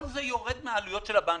כל זה יורד מן העלויות של הבנקים.